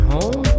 Home